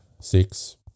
six